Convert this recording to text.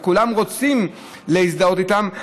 וכולם רוצים להזדהות איתן,